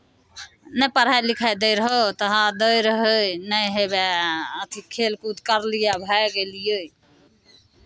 नहि पढ़ाइ लिखाइ दैत रहौ तऽ हँ दैत रहै नहि हउएह अथी खेलकूद करलियै आ भागि एलियै